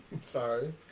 Sorry